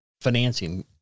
financing